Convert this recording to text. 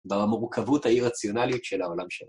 במורכבות האי-רציונלית של העולם שלנו.